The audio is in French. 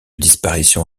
disparition